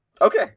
Okay